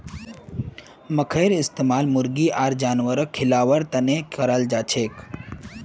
मखईर इस्तमाल मुर्गी आर जानवरक खिलव्वार तने कराल जाछेक